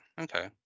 okay